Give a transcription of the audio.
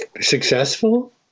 successful